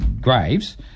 graves